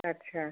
अच्छा